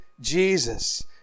Jesus